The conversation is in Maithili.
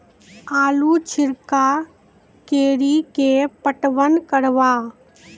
आलू छिरका कड़ी के पटवन करवा?